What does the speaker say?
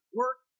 work